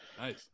Nice